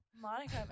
Monica